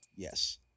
Yes